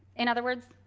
in other words,